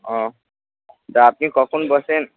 ও তা আপনি কখন বসেন